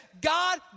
God